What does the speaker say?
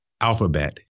alphabet